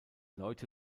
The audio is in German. leute